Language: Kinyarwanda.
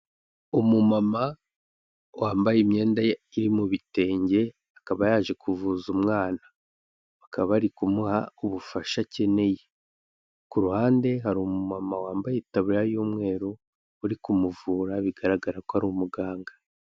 Umumama wambaye imyenda ye iri mu bitenge akaba yaje kuvuza umwana, bakaba bari kumuha ubufasha akeneye, ku ruhande hari umumama wambaye itaburi y'umweru uri kumuvura bigaragara ko ari umuganga.